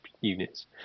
units